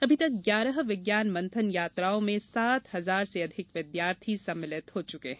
अभी तक ग्यारह विज्ञान मंथन यात्राओं में सात हजार से अधिक विद्यार्थी सम्मिलित हो चुके हैं